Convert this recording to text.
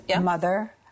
mother